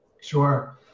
Sure